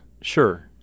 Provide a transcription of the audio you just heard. Sure